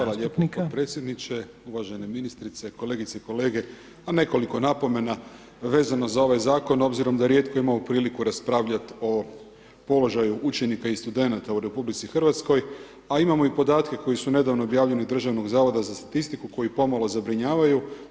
Hvala lijepo podpredsjedniče, uvažena ministrice, kolegice i kolege, a nekoliko napomena vezano za ovaj zakon obzirom da rijetko imamo priliku raspravljat o položaju učenika i studenata u RH, a imamo i podatke koji su nedavno objavljeni Državnog zavoda za statistiku koji pomalo zabrinjavanju.